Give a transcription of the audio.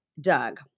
Doug